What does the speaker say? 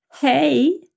hey